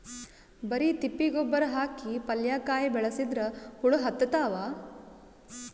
ಬರಿ ತಿಪ್ಪಿ ಗೊಬ್ಬರ ಹಾಕಿ ಪಲ್ಯಾಕಾಯಿ ಬೆಳಸಿದ್ರ ಹುಳ ಹತ್ತತಾವ?